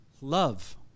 love